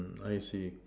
I see